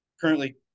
currently